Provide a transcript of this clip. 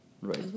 right